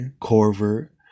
Corver